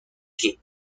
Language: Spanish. que